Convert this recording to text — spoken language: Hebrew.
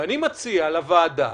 אני מציע לוועדה